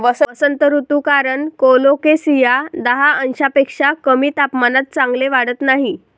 वसंत ऋतू कारण कोलोकेसिया दहा अंशांपेक्षा कमी तापमानात चांगले वाढत नाही